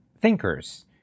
thinkers